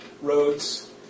roads